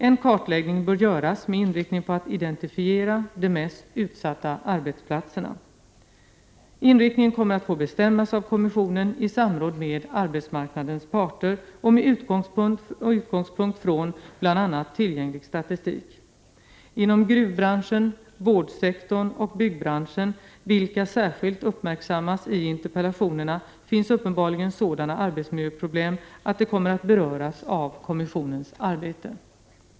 En kartläggning bör göras med inriktning på att identifiera de mest utsatta arbetsplatserna. Inriktningen kommer att få bestämmas av kommissionen i samråd med arbetsmarknadens parter och med utgångspunkt från bl.a. tillgänglig statistik. Inom gruvbranschen, vårdsektorn och byggbranschen, vilka särskilt uppmärksammas i interpellationerna, finns uppenbarligen sådana arbetsmiljöproblem att de kommer att beröras av kommissionens arbete.